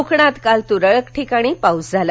कोकणात काल तुरळक ठिकाणी पाऊस झाला